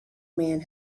man